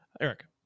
eric